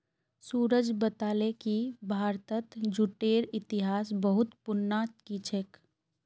सूरज बताले कि भारतत जूटेर इतिहास बहुत पुनना कि छेक